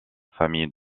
famille